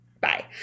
Bye